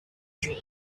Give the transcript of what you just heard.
drain